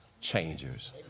changers